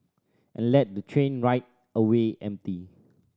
and let the train ride away empty